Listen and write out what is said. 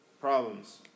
problems